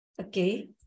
Okay